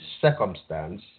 circumstance